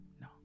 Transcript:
No